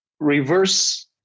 reverse